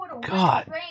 God